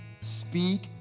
speak